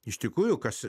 iš tikrųjų kas